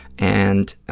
and